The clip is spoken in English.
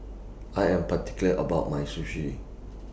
I Am particular about My Sushi